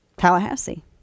Tallahassee